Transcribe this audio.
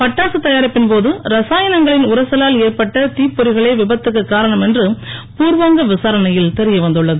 பட்டாசு தயாரிப்பின் போது ரசாயனங்களின் உரசலால் ஏற்பட்ட தீப்பொறிகளே விபத்துக்கு காரணம் என்று பூர்வாங்க விசாரணையில் தெரியவந்துள்ளது